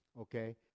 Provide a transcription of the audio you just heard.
okay